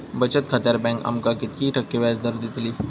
बचत खात्यार बँक आमका किती टक्के व्याजदर देतली?